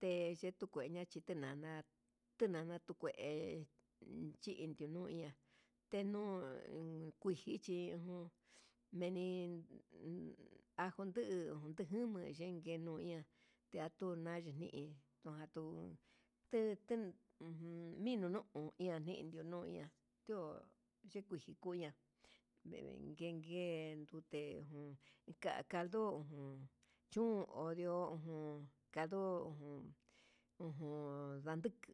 te yetukue ña'a chi tenana, chi tenana tukué chindio nuña'a tenun kuixhichí nuu meni ajo nduu tejamai yenke iha, tia tuna yeni'í ndujantun tuten ujun ninu'u iha nindu no iha, tio yiki chikuña ndennguen ngue ndute jun nga caldo ujun, tuun ondio ujun caldo ujun ujun ndanduku.